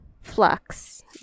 Flux